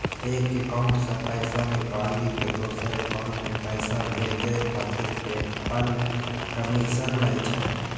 एक एकाउंट सं पैसा निकालि कें दोसर एकाउंट मे पैसा भेजै खातिर पेपल कमीशन लै छै